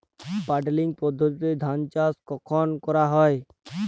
Puddling পদ্ধতিতে ধান চাষ কখন করা হয়?